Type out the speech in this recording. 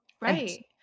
right